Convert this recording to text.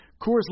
Coors